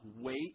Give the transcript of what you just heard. wait